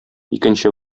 икенче